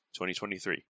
2023